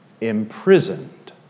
imprisoned